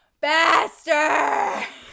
bastard